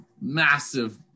massive